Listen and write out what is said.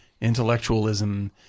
intellectualism